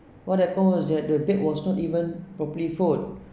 what happened was that the bed was not even properly fold